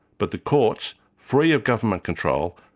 but the courts, free of government control,